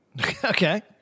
Okay